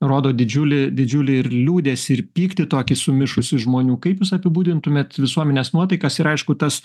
rodo didžiulį didžiulį ir liūdesį ir pyktį tokį sumišusį žmonių kaip jūs apibūdintumėt visuomenės nuotaikas ir aišku tas